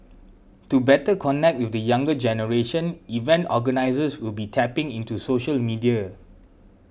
to better connect with the younger generation event organisers will be tapping into social media